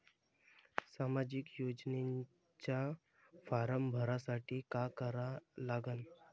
सामाजिक योजनेचा फारम भरासाठी का करा लागन?